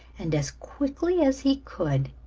and as quickly as he could,